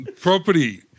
Property